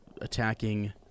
attacking